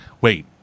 wait